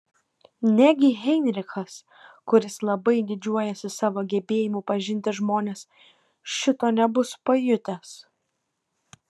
negi heinrichas kuris labai didžiuojasi savo gebėjimu pažinti žmones šito nebus pajutęs